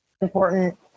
important